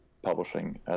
publishing